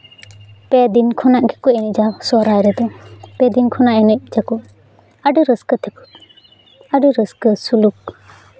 ᱯᱮ ᱫᱤᱱ ᱠᱷᱚᱱᱟᱜ ᱜᱮᱠᱚ ᱮᱱᱮᱡᱟ ᱥᱚᱦᱚᱨᱟᱭ ᱨᱮᱫᱚ ᱯᱮ ᱫᱤᱱ ᱠᱷᱚᱱᱟᱜ ᱮᱱᱮᱡ ᱟᱠᱚ ᱟᱹᱰᱤ ᱨᱟᱹᱥᱠᱟᱹ ᱛᱮᱠᱚ ᱟᱹᱰᱤ ᱨᱟᱹᱥᱠᱟᱹ ᱥᱩᱞᱩᱠ